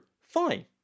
Fine